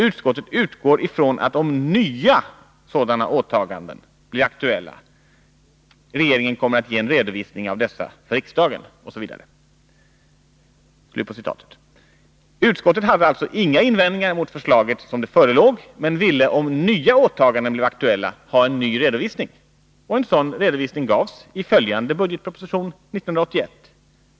Utskottet utgår från att om nya sådana åtaganden blir aktuella, regeringen kommer att ge en redovisning av dessa för riksdagen ——=-.” Utskottet hade alltså inga invändningar mot förslaget som det förelåg, men ville, om nya åtaganden blev aktuella, ha en ny redovisning. En sådan redovisning gavs i följande budgetproposition 1981.